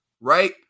right